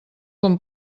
com